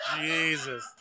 Jesus